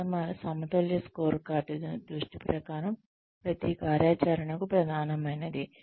customer సమతుల్య scorecard దృష్టి ప్రకారం ప్రతి కార్యాచరణకు ప్రధానమైనది